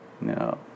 No